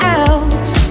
else